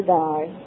die